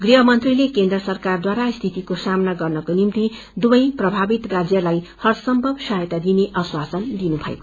गृहमंत्रीले केन्द्र सरकारद्वारा स्थितिको सामना गर्नको निम्ति दुवै प्रभावित राज्यलाई हर सम्भव सहायता दिइने आश्वासन दिनुभयो